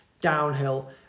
downhill